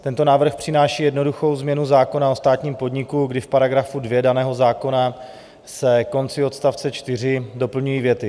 Tento návrh přináší jednoduchou změnu zákona o státním podniku, kdy v § 2 daného zákona se na konci odst. 4 doplňují věty: